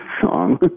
song